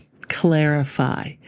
clarify